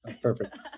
perfect